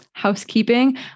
housekeeping